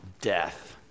death